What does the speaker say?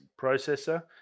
processor